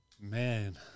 Man